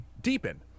deepen